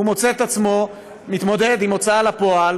הוא מוצא את עצמו מתמודד עם הוצאה לפועל